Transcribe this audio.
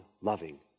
loving